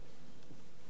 אדוני.